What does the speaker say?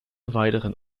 weiteren